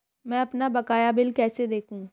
मैं अपना बकाया बिल कैसे देखूं?